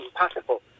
impossible